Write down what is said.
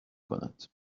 کند